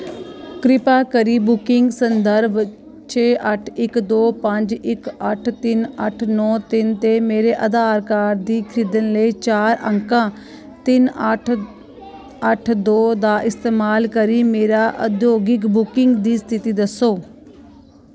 कृपा करी बुकिंग संदर्भ छे अट्ठ इक दो पंज इक अट्ठ तिन्न अट्ठ नौ तिन्न ते मेरे आधार कार्ड दी खीदले चार अंकां तिन्न अट्ठ अट्ठ दो दा इस्तेमाल करी मेरी उद्योगिक बुकिंग दी स्थिति दस्सो